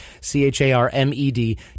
C-H-A-R-M-E-D